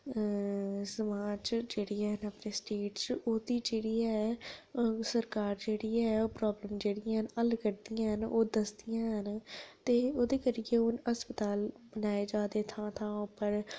समाज च जेह्ड़ियां है'न अपनी स्टेट च ओह्दी जेह्ड़ी ऐ ओह् सरकार जेह्ड़ी ऐ प्राॅब्लमस जेह्ड़ियां न हल्ल करदियां है'न ओह् दसदियां है'न ते ओह्दे करियै हू'न अस्पताल बनाए जा दे थां थां उप्पर